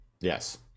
yes